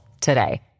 today